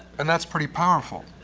and that's pretty powerful.